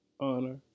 honor